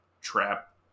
trap